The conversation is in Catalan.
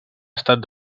estat